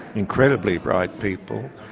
incredibly bright people,